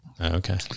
Okay